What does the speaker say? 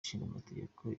ishingamategeko